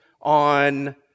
on